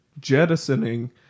jettisoning